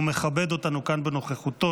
הוא מכבד אותנו כאן בנוכחותו.